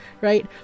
right